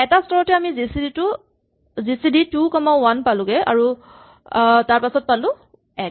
এটা স্তৰতে আমি G C D two comma one পালোগে আৰু তাৰপাছত পালো ১